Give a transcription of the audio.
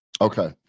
Okay